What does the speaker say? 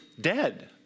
dead